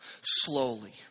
slowly